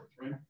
right